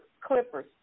clippers